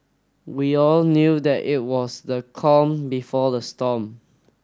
we all knew that it was the calm before the storm